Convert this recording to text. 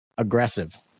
Aggressive